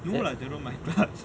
no lah jerome my class